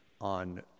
on